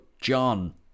John